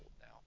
now